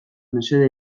mesede